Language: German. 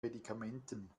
medikamenten